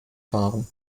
fahren